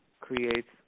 creates